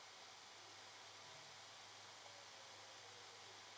okay